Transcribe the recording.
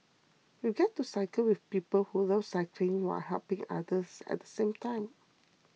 you get to cycle with people who love cycling while helping others at the same time